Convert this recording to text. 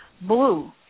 blue